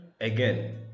again